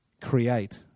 create